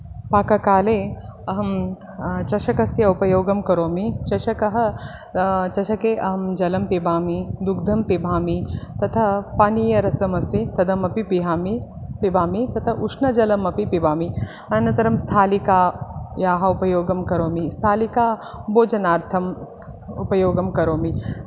पाककाले अहं चषकस्य उपयोगं करोमि चषकः चषके अहं जलं पिबामि दुग्धं पिबामि तथा पानीयरसं अस्ति तदपि पिबामि पिबामि तथा उष्णजलम् अपि पिबामि अनन्तरं स्थालिकायाः उपयोगं करोमि स्थालिका भोजनार्थम् उपयोगं करोमि